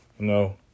No